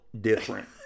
different